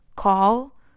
Call